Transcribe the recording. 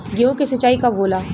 गेहूं के सिंचाई कब होला?